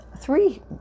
three